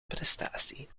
prestatie